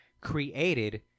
created